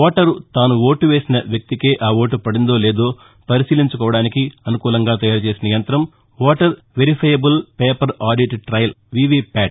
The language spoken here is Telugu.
ఓటరు తాను ఓటు వేసిన వ్యక్తికే ఆ ఓటు పడిందో లేదో పరిశీలించుకోవడానికి అనుకూలంగా తయారు చేసిన యంతం voter verifiable paper audit trail VV Pat